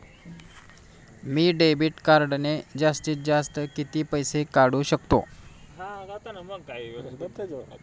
मी debit कार्डने जास्तीत जास्त किती पैसे काढू शकतो?